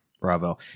bravo